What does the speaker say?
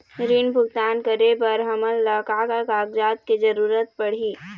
ऋण भुगतान करे बर हमन ला का का कागजात के जरूरत पड़ही?